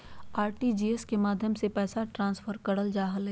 RTGS के माध्यम से पैसा ट्रांसफर करल जा हय